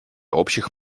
общих